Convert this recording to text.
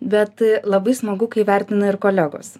bet e labai smagu kai įvertina ir kolegos